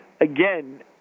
again